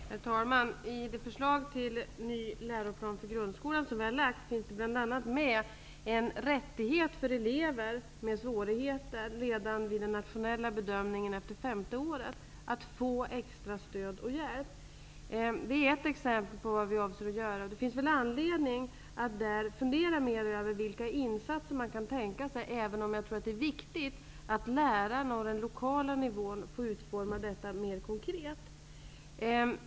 Herr talman! I det förslag till ny läroplan för grundskolan som vi har lagt fram ingår bl.a. en rättighet för elever med svårigheter att redan vid den nationella bedömningen efter femte skolåret få extra stöd och hjälp. Detta är ett exempel på vad vi avser att göra. Det finns anledning att där fundera mer över vilka insatser man kan tänka sig, även om jag tror att det är viktigt att lärarna och den lokala nivån får utforma detta mer konkret.